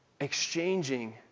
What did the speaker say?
exchanging